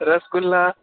rasgulla